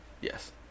Yes